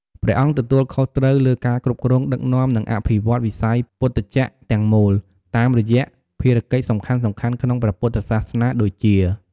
ព្រះអង្គទទួលខុសត្រូវលើការគ្រប់គ្រង ដឹកនាំ និងអភិវឌ្ឍវិស័យពុទ្ធចក្រទាំងមូល តាមរយៈភារកិច្ចសំខាន់ៗក្នុងព្រះពុទ្ធសាសនាដូចជា។